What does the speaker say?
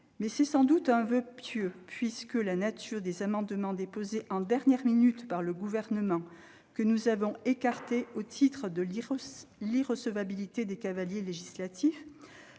est sans doute un voeu pieux, puisque la nature des amendements déposés en dernière minute par le Gouvernement, que nous avons écartés au titre de l'irrecevabilité des cavaliers législatifs